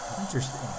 Interesting